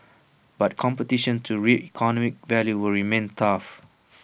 but competition to reap economic value will remain tough